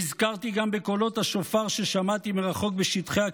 נזכרתי גם בקולות השופר ששמעתי מרחוק בשטחי הכינוס.